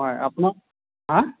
হয় আপোনা হাঁ